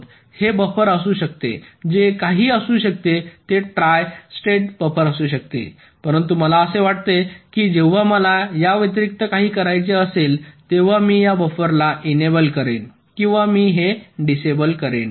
हे बफर असू शकते जे काही असू शकते ते ट्राय स्टेट बफर असू शकते परंतु मला असे वाटते की जेव्हा मला या व्यतिरिक्त काही करायचे असेल तेव्हा मी या बफरला एनेबल करेन किंवा मी हे डिसेबल करेन